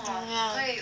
mm yeah